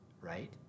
right